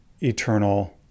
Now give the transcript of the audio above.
eternal